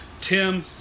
Tim